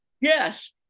Yes